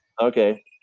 Okay